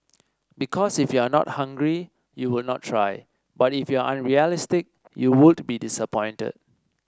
because if you are not hungry you would not try but if you are unrealistic you would be disappointed